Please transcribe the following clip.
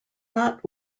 not